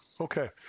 Okay